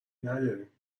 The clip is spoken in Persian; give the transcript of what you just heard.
نداریم